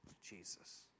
Jesus